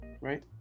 right